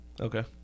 Okay